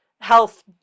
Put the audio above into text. health